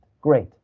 Great